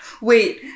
Wait